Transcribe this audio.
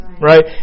right